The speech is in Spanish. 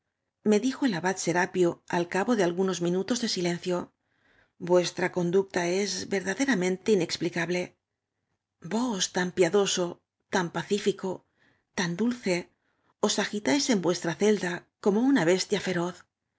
me dijo el abad serapio al cabo de algunos minutos de silencio vuestra conduc ta es verdaderamente inexplicable vos tan piadoso taa pacífico tan dulce os agitáis en vuestra celda como una bestia íerozf